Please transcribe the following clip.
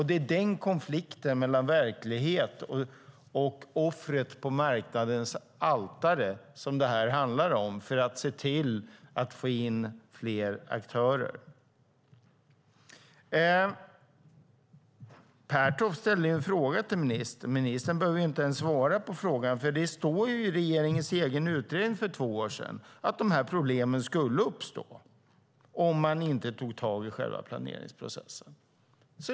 Det är konflikten med verkligheten och offret på marknadens altare som det handlar om för att se till att få in fler aktörer. Pertoft ställde en fråga till ministern. Ministern behöver inte ens svara på frågan. Det står i regeringens egen utredning för två år sedan att problemen skulle uppstå om man inte tog tag i själva planeringsprocessen.